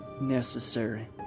necessary